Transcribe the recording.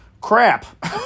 crap